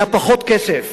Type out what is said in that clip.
היה פחות כסף,